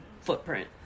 footprint